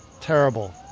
Terrible